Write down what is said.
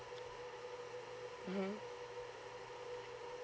mmhmm